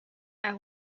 are